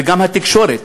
וגם התקשורת,